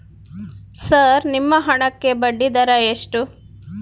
Sir ನಿಮ್ಮ ಹಣಕ್ಕೆ ಬಡ್ಡಿದರ ಎಷ್ಟು?